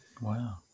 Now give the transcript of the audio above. Wow